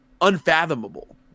unfathomable